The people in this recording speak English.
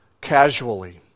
casually